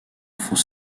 faux